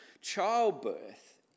Childbirth